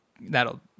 that'll